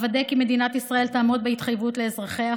אוודא כי מדינת ישראל תעמוד בהתחייבות לאזרחיה,